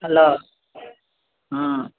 hello